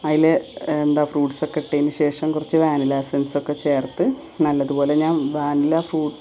അതിൽ എന്താ ഫ്രൂട്ട്സ് ഒക്കെ ഇട്ടതിന് ശേഷം കുറച്ച് വാനില എസ്സൻസ് ഒക്കെ ചേർത്ത് നല്ലതുപോലെ ഞാൻ വാനില ഫ്രൂട്ട്